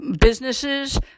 businesses